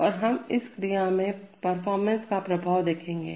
और हम इस क्रिया का परफॉर्मेंस पर प्रभाव देखेंगे